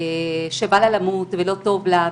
שבא לה למות ולא טוב לה,